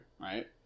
right